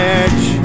edge